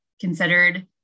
considered